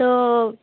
तो